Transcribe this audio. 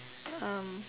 um